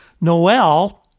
Noel